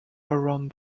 around